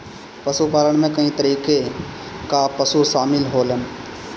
पशुपालन में कई तरीके कअ पशु शामिल होलन